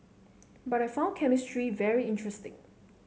but I found chemistry very interesting